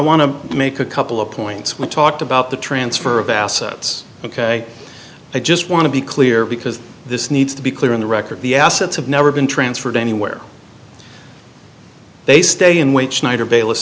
to make a couple of points we talked about the transfer of assets ok i just want to be clear because this needs to be clear on the record the assets have never been transferred anywhere they stay in which neither bayless